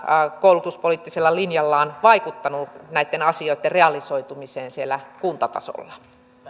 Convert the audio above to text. koulutuspoliittisella linjallaan vaikuttanut näitten asioitten realisoitumiseen siellä kuntatasolla